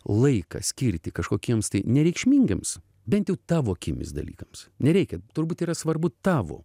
laiką skirti kažkokiems tai nereikšmingiems bent jau tavo akimis dalykams nereikia turbūt yra svarbu tavo